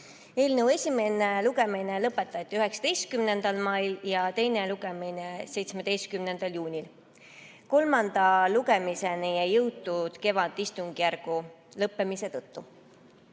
Eelnõu esimene lugemine lõpetati 19. mail ja teine lugemine 17. juunil. Kolmanda lugemiseni ei jõutud kevadistungjärgu lõppemise tõttu.